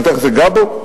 שתיכף אגע בו,